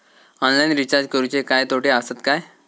Online recharge करुचे काय तोटे आसत काय?